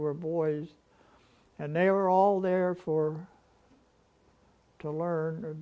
were boys and they were all there for to learn